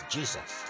Jesus